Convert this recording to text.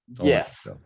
Yes